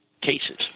cases